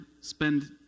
spend